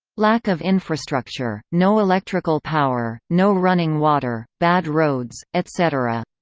lack of infrastructure no electrical power, no running water, bad roads, etc.